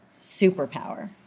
superpower